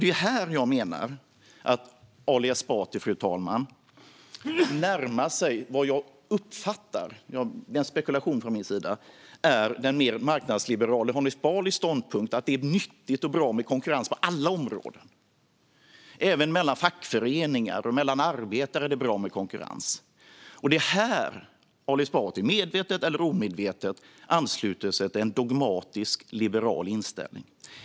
Det är här jag menar att Ali Esbati närmar sig vad jag uppfattar - det är en spekulation från min sida - är den mer marknadsliberale Hanif Balis ståndpunkt att det är nyttigt och bra med konkurrens på alla områden. Även mellan fackföreningar och arbetare är det bra med konkurrens. Det är här Ali Esbati medvetet eller omedvetet ansluter sig till en dogmatisk liberal inställning.